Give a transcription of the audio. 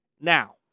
Now